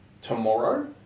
tomorrow